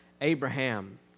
Abraham